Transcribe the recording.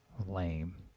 lame